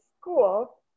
school